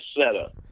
setup